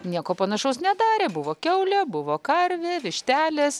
nieko panašaus nedarė buvo kiaulė buvo karvė vištelės